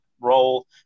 role